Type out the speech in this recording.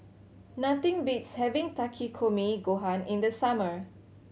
nothing beats having Takikomi Gohan in the summer